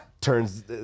turns